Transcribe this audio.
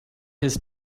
his